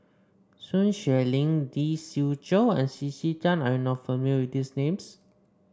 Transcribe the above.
Sun Xueling Lee Siew Choh and C C Tan are you not familiar with these names